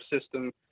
system